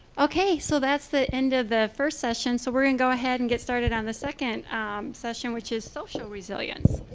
okay. so that's the end of the first session. so we can go ahead and get started on the second session, which is social resilience.